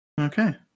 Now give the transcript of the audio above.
Okay